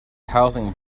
housing